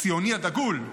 הציוני הדגול,